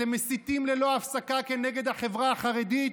אתם מסיתים ללא הפסקה נגד החברה החרדית